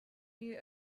you